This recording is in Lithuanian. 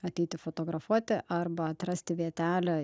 ateiti fotografuoti arba atrasti vietelę